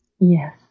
Yes